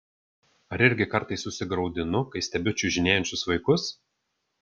ar irgi kartais susigraudinu kai stebiu čiužinėjančius vaikus